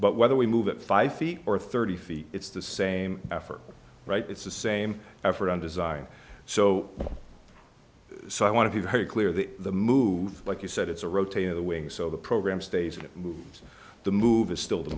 but whether we move it five feet or thirty feet it's the same effort right it's the same effort undesigned so so i want to be very clear that the move like you said it's a rotation of the wing so the program stays and it moves the move is still